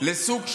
לסוג של,